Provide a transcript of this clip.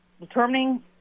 determining